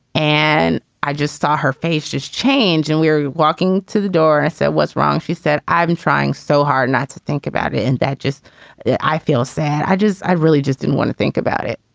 and i just saw her face just change. and we were walking to the door. i said, what's wrong? she said, i'm trying so hard not to think about it. and that just yeah i feel sad. i just i really just didn't want to think about it.